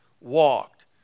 walked